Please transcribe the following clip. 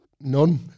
None